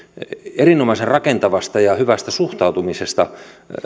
erinomaisen rakentavasta ja hyvästä suhtautumisesta